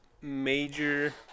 major